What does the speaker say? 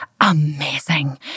amazing